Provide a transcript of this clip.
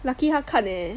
lucky 他看咧